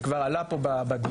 שכבר עלה פה בדיון,